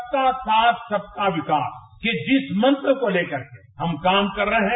सबका साथ सबका विकास के जिस मंत्र को लेकर के हम काम कर रहे हैं